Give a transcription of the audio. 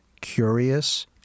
curious